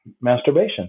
masturbation